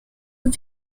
have